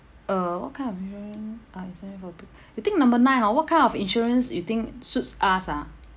uh what kind of insurance you think number nine orh what kind of insurance you think suits us ah